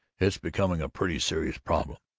it's becoming a pretty serious problem.